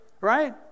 right